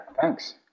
Thanks